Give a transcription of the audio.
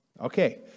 Okay